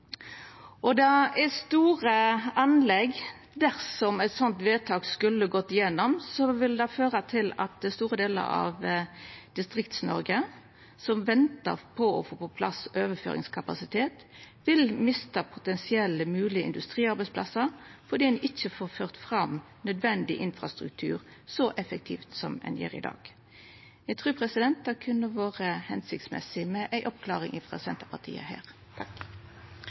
Det er store anlegg. Dersom eit sånt vedtak skulle gått gjennom, ville det føra til at store delar av Distrikts-Noreg som ventar på å få på plass overføringskapasitet, vil mista potensielle moglege industriarbeidsplassar fordi ein ikkje får ført fram nødvendig infrastruktur så effektivt som ein gjer i dag. Eg trur det kunne vore hensiktsmessig med ei oppklaring frå Senterpartiet her.